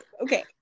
Okay